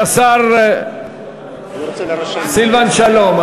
השר סילבן שלום,